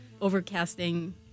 overcasting